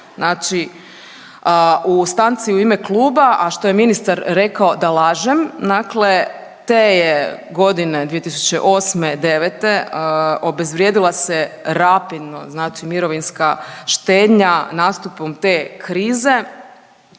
znači u stanci u ime kluba, a što je ministar rekao da lažem, dakle te je godine 2008/09. obezvrijedila se rapidno znači mirovinska štednja nastupom te krize,